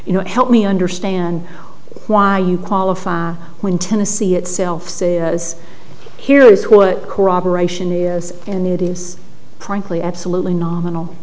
you know help me understand why you qualify when tennessee itself is here is what corroboration is and it is prickly absolutely nominal